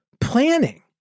planning